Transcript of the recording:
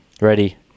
Ready